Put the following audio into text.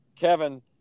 Kevin